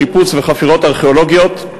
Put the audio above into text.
שיפוץ וחפירות ארכיאולוגיות,